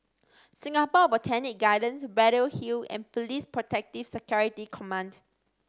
Singapore Botanic Gardens Braddell Hill and Police Protective Security Command